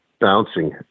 bouncing